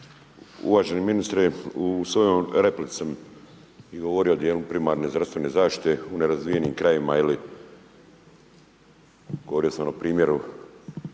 Uvaženi ministre, u svojoj replici sam i govorio o djelu primarne zdravstvene zaštite u nerazvijenim krajevima ili govorio sam o primjeru